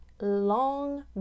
long